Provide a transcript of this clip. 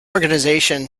organization